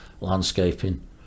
landscaping